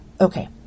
Okay